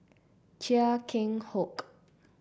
Chia Keng Hock